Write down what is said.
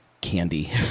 candy